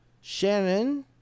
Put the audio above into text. Shannon